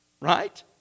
right